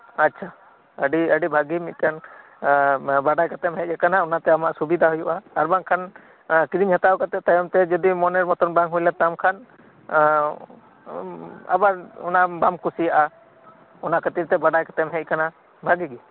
ᱟᱪᱷᱟ ᱟᱹᱰᱤ ᱵᱷᱟᱜᱤ ᱢᱤᱫᱴᱮᱱ ᱵᱟᱰᱟᱭ ᱠᱟᱛᱮᱢ ᱦᱮᱡ ᱟᱠᱟᱱᱟ ᱚᱱᱟᱛᱮ ᱟᱢᱟᱜ ᱥᱩᱵᱤᱫᱷᱟ ᱦᱩᱭᱩᱜ ᱟ ᱟᱨᱵᱟᱝᱠᱷᱟᱱ ᱠᱤᱨᱤᱧ ᱦᱟᱛᱟᱣ ᱠᱟᱛᱮᱫ ᱛᱟᱭᱚᱢ ᱛᱮ ᱡᱚᱫᱤ ᱢᱚᱱᱮᱨ ᱢᱚᱛᱚᱱ ᱵᱟᱝ ᱦᱩᱭᱞᱮᱱ ᱛᱟᱢᱠᱷᱟᱱ ᱟᱵᱟᱨ ᱚᱱᱟ ᱵᱟᱢᱠᱩᱥᱤᱭᱟᱜ ᱟ ᱚᱱᱟ ᱠᱷᱟᱹᱛᱤᱨ ᱛᱮ ᱵᱟᱰᱟᱭ ᱠᱟᱛᱮᱫ ᱮᱢ ᱦᱮᱡ ᱟᱠᱟᱱᱟ ᱵᱷᱟᱜᱤᱜᱤ